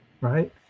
Right